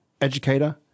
educator